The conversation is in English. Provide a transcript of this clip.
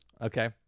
Okay